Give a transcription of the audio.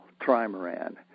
trimaran